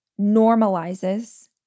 normalizes